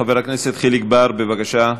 חבר הכנסת חיליק בר, בבקשה.